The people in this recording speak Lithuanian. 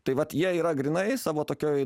tai vat jie yra grynai savo tokioj